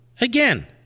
Again